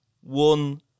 One